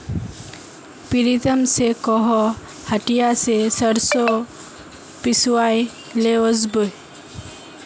प्रीतम स कोहो हटिया स सरसों पिसवइ ले वस बो